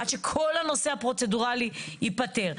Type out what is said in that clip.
עד שכל הנושא הפרוצדורלי ייפתר.